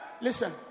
Listen